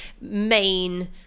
main